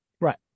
Right